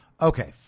Okay